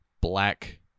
black